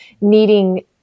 needing